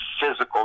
physical